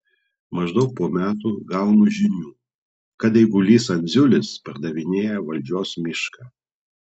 maždaug po metų gaunu žinių kad eigulys andziulis pardavinėja valdžios mišką